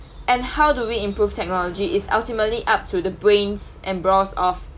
and how do we improve technology is ultimately up to the brains and brawn